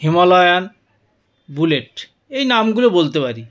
Himalayan Bullet এই নামগুলো বলতে পারি